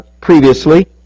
previously